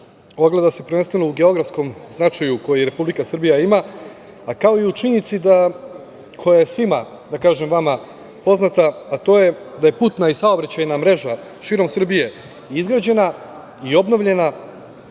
ogleda se prvenstveno u geografskom značaju koji Republika Srbija ima, kao i u činjenici koja je svima vama poznata, a to je da je putna i saobraćajna mreža širom Srbije izgrađena i obnovljena,